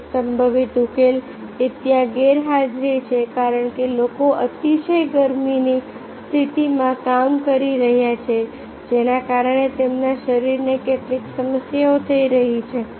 એક સંભવિત ઉકેલ એ ત્યાં ગેરહાજરી છે કારણ કે લોકો અતિશય ગરમીની સ્થિતિમાં કામ કરી રહ્યા છે જેના કારણે તેમના શરીરને કેટલીક સમસ્યાઓ થઈ રહી છે